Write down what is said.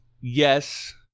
yes